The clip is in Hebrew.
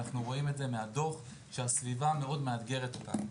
ואנחנו רואים את זה מהדוח שהסביבה מאוד מאתגרת אותנו.